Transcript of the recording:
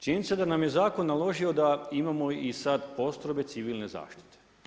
Činjenica da nam je zakon naložio da imamo i sad postrojbe civilne zaštite.